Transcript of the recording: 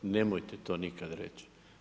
Nemojte to nikad reći.